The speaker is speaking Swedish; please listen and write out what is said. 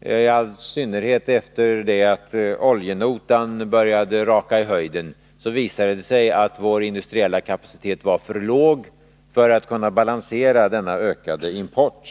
I all synnerhet efter det att oljenotan började raka i höjden visade det sig att vår industriella kapacitet var för låg för att kunna balansera denna ökade import.